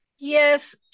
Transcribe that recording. Yes